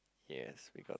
yes we got